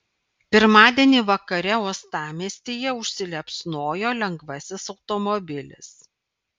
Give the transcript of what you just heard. pirmadienį vakare uostamiestyje užsiliepsnojo lengvasis automobilis